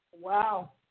Wow